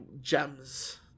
gems